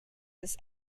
this